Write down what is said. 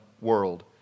World